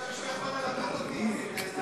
הוא חושב שהוא יכול ללמד אותי, להסביר.